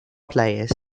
players